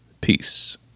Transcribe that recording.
Peace